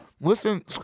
listen